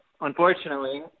unfortunately